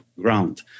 ground